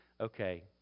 okay